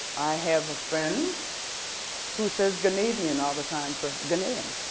i have a friend who says ganadian all the time for ghanaian,